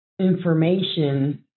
information